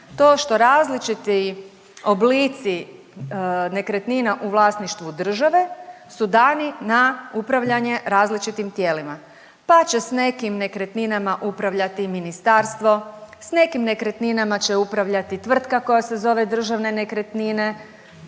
To što različiti oblici nekretnina u vlasništvu države su dani na upravljanje različitim tijelima, pa će s nekim nekretninama upravljati ministarstvo, s nekim nekretninama će upravljati tvrtka koja se zove Državne nekretnine,